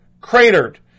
cratered